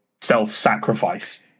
self-sacrifice